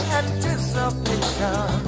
anticipation